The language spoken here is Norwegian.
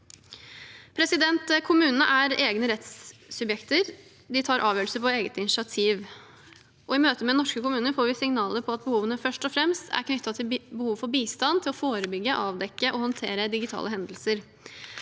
utvidelser. Kommunene er egne rettssubjekter som tar avgjørelser på eget initiativ. I møte med norske kommuner får vi signaler om at behovene først og fremst er knyttet til bistand til å forebygge, avdekke og håndtere digitale hendelser.